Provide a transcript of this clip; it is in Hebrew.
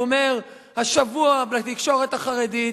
הוא אומר השבוע לתקשורת החרדית: